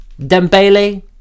Dembele